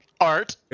art